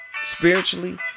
spiritually